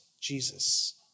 Jesus